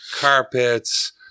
Carpets